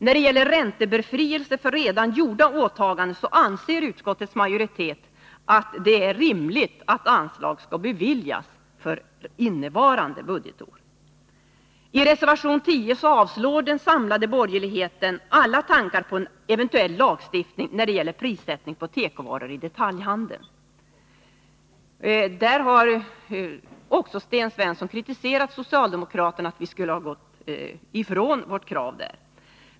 När det gäller räntebefrielse för redan gjorda åtaganden anser utskottets majoritet att det är rimligt att anslag beviljas för innevarande budgetår. I reservation 11 avvisar den samlade borgerligheten alla tankar på en eventuell lagstiftning när det gäller prissättning på tekovaror i detaljhandeln. Sten Svensson har kritiserat socialdemokraterna för att vi skulle ha gått ifrån vårt krav på denna punkt.